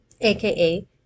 aka